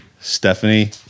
Stephanie